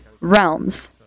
realms